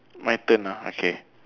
my turn ah okay